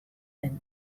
zen